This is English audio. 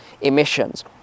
emissions